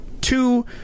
two